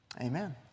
Amen